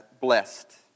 blessed